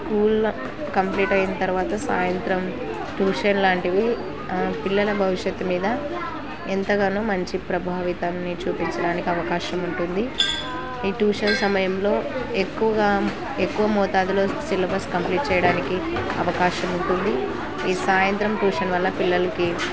school complete అయిన తర్వాత సాయంత్రం ట్యూషన్ లాంటివి పిల్లల భవిష్యత్తు మీద ఎంతగానో మంచి ప్రభావితం చూపించడానికి అవకాశం ఉంటుంది ఈ ట్యూషన్ సమయంలో ఎక్కువగా ఎక్కువ మోతాదులో సిలబస్ కంప్లీట్ చేయడానికి అవకాశం ఉంటుంది ఈ సాయంత్రం ట్యూషన్ వల్ల పిల్లలకి